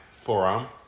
forearm